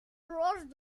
rose